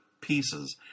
pieces